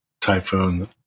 typhoon